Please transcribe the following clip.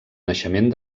naixement